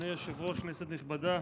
אדוני היושב-ראש, כנסת נכבדה,